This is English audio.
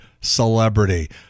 celebrity